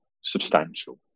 substantial